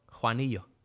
Juanillo